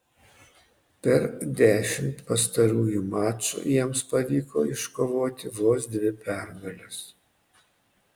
per dešimt pastarųjų mačų jiems pavyko iškovoti vos dvi pergales